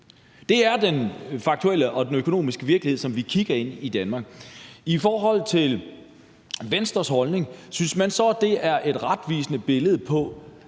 Det er det faktuelle om den økonomiske virkelighed, vi kigger ind i, i Danmark. I forhold til Venstres holdning: Synes man så, at det er et retvisende billede på,